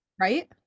Right